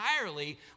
entirely